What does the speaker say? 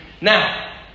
Now